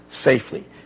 safely